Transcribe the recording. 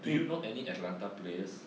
do you know any ramped up players